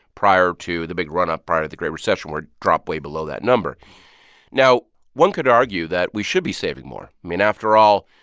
prior to the big runup part of the great recession, where it dropped way below that number now, one could argue that we should be saving more. i mean, after all,